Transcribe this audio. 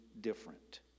different